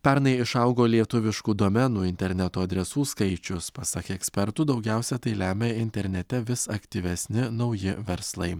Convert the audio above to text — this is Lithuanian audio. pernai išaugo lietuviškų domenų interneto adresų skaičius pasak ekspertų daugiausia tai lemia internete vis aktyvesni nauji verslai